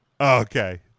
Okay